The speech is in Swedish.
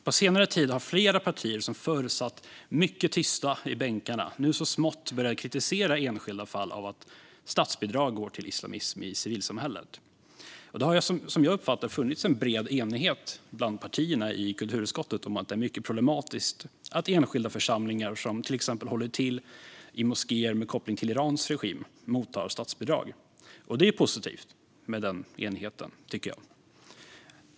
På senare tid har flera partier som förr satt mycket tysta i bänkarna nu så smått börjat kritisera enskilda fall av att statsbidrag går till islamism i civilsamhället. Det har, som jag uppfattar det, funnits en bred enighet bland partierna i kulturutskottet om att det är mycket problematiskt att enskilda församlingar som till exempel håller till i moskéer med koppling till Irans regim mottar statsbidrag. Och det är positivt med denna enighet, tycker jag.